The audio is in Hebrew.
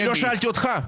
לא שאלתי אותך.